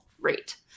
rate